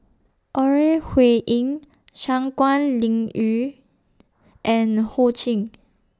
Ore Huiying Shangguan Liuyun and Ho Ching